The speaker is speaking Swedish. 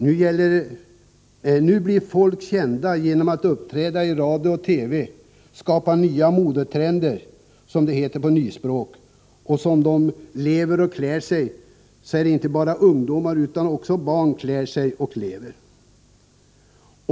Nu blir folk kända genom att uppträda i radio och TV, skapa nya modetrender som det heter på nyspråk — och som de lever och klär sig ska inte bara ungdomar utan också barn klä sig och leva.